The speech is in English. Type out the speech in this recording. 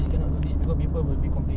ah kan off tu personal